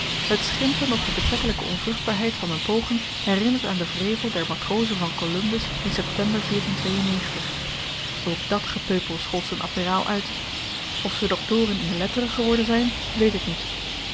het schimpen op de betrekkelyke onvruchtbaarheid van m'n pogen herinnert aan den wrevel der matrozen van columbus in september ook dàt gepeupel schold z'n admiraal uit of ze doktoren in de letteren geworden zyn weet ik niet